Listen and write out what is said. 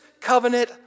covenant